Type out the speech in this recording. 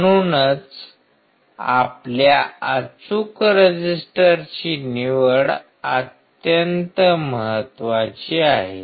म्हणूनच आपल्या अचूक रेजिस्टरची निवड अत्यंत महत्वाची आहे